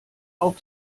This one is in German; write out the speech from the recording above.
auf